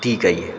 दी गई है